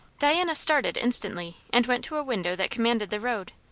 diana started instantly and went to a window that commanded the road.